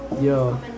Yo